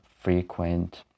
frequent